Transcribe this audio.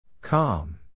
Calm